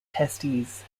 testes